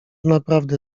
naprawdę